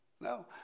no